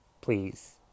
Please